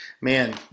man